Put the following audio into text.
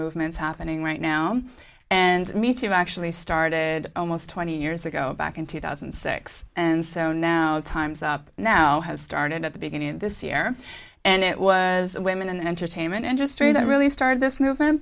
movements happening right now and meta actually started almost twenty years ago back in two thousand and six and so now time's up now has started at the beginning of this year and it was women in the entertainment industry that really started this movement